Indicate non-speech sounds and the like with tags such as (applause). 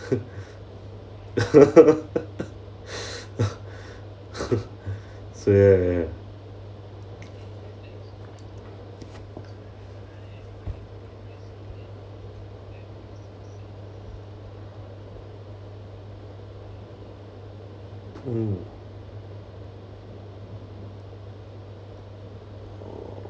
(laughs) so ya ya ya ya mm